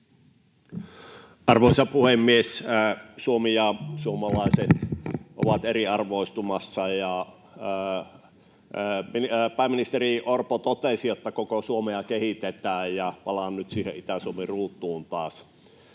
Arvoisa puhemies! Suomi ja suomalaiset ovat eriarvoistumassa. Pääministeri Orpo totesi, että koko Suomea kehitetään. Palaan nyt siihen Itä-Suomen ruutuun taas.